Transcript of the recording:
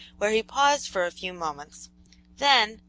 where he paused for a few moments then,